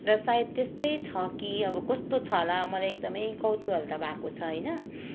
सायद त्यस्तै छ कि अब कस्तो छ होला मलाई एकदमै कौतुहलता भएको छ होइन